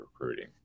recruiting